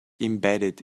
embedded